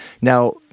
Now